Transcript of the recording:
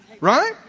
Right